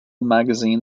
magazine